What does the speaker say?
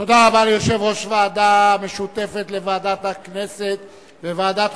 תודה רבה ליושב-ראש הוועדה משותפת לוועדת הכנסת ולוועדת החוקה,